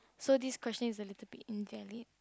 so this question is a little bit invalid